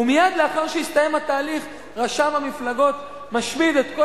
ומייד לאחר שהסתיים התהליך רשם המפלגות משמיד את כל